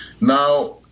Now